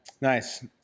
Nice